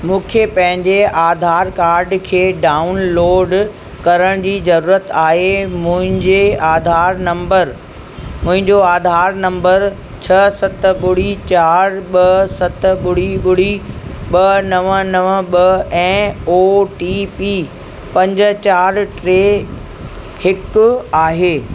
मूंखे पंहिंजे आधार कार्ड खे डाऊनलोड करण जी जरुरत आहे मुहिंजे आधार नम्बर मुंहिंजो आधार नम्बर छह सत ॿुड़ी चारि ॿ सत ॿुड़ी ॿुड़ी ॿ नवं नवं ॿ ऐं ओ टी पी पंज चारि टे हिकु आहे